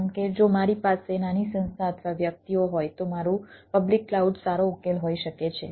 જેમ કે જો મારી પાસે નાની સંસ્થા અથવા વ્યક્તિઓ હોય તો મારું પબ્લિક ક્લાઉડ સારો ઉકેલ હોઈ શકે છે